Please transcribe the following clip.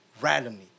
randomly